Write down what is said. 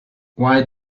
why